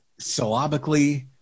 syllabically